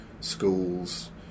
schools